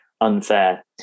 Unfair